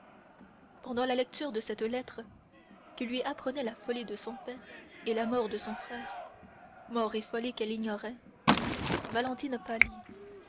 pendant la lecture de cette lettre qui lui apprenait la folie de son père et la mort de son frère mort et folie qu'elle ignorait valentine pâlit